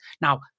Now